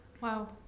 Wow